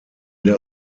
der